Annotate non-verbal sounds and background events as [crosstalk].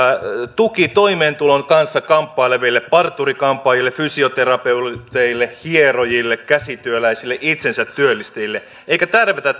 tuki toimeentulon kanssa kamppaileville parturi kampaajille fysioterapeuteille hierojille käsityöläisille itsensätyöllistäjille eikä tärvätä [unintelligible]